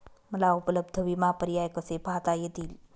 मला उपलब्ध विमा पर्याय कसे पाहता येतील?